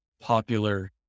popular